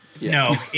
No